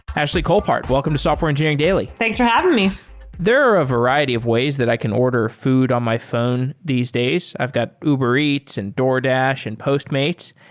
ashley colpaart, welcome to software engineering daily thanks for having me there are a variety of ways that i can order food on my phone these days. i've got uber eats, and doordash, and postmates,